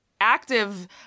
active